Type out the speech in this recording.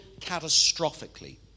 catastrophically